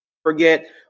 forget